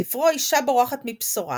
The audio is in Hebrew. ספרו "אשה בורחת מבשורה"